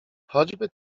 choćby